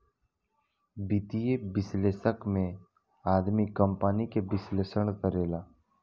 वित्तीय विश्लेषक में आदमी कंपनी के विश्लेषण करेले